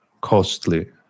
costly